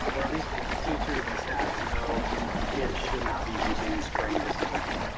or at least the teachers and staff to know the kids should not be using and spraying disinfectant.